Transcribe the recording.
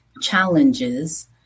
challenges